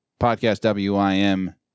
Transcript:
podcastwim